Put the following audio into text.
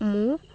মোৰ